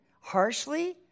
harshly